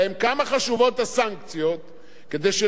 כדי שלא ניקלע לצורך לפתור את זה בדרך אלימה.